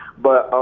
but,